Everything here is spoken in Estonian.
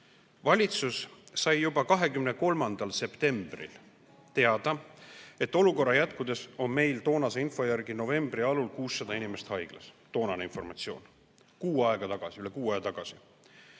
teha. Valitsus sai juba 23. septembril teada, et olukorra jätkudes on meil – toonase info järgi oli nii – novembri alul 600 inimest haiglas. Toonane informatsioon, see oli üle kuu aja tagasi.